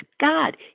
God